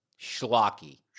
schlocky